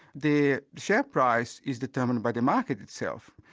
the share price is determined by the market itself,